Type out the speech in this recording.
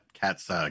Cat's